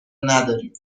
ندارید